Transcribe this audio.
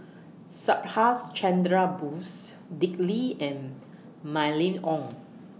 Subhas Chandra Bose Dick Lee and Mylene Ong